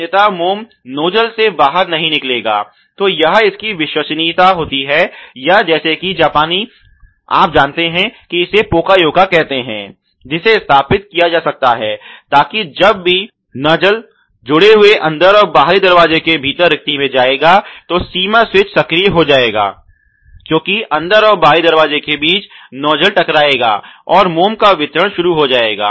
अन्यथा मोम नोजल से बाहर नहीं निकलेगा तो यह इसकी विश्वसनीयता होती है या जैसे कि जापानी आप जानते हैं कि इसे पोका योक कहते हैं जिसे स्थापित किया जा सकता है ताकि जब भी जब भी नजल जुड़े हुए अंदर और बाहरी दरवाजे के बीच रिक्ति में जाएगा तो सीमा स्विच सक्रिय हो जाएगा क्यूंकी अंदर और बाहरी दरवाजे के बीच नोजल टकराएगा और मोम का वितरण शुरू हो जाएगा